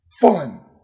fun